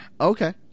Okay